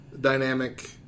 dynamic